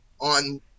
on